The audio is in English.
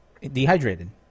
Dehydrated